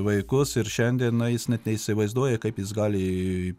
vaikus ir šiandien na jis net neįsivaizduoja kaip jis gali